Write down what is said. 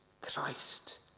Christ